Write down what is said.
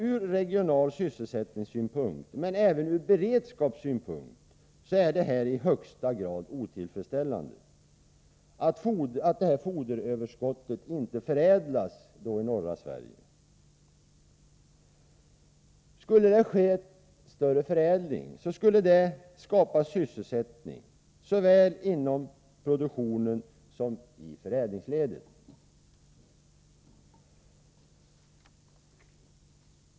Ur regional sysselsättningssynpunkt men även ur beredskapssynpunkt är det i högsta grad otillfredsställande att foderöverskottet inte förädlas i norra Sverige. Skulle en större förädling ske, skulle det skapa sysselsättning såväl inom produktionen som i förädlingsledet.